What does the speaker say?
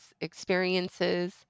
experiences